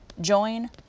Join